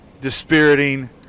dispiriting